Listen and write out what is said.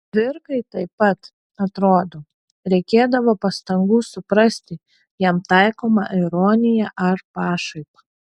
cvirkai taip pat atrodo reikėdavo pastangų suprasti jam taikomą ironiją ar pašaipą